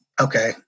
okay